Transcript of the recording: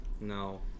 No